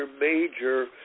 major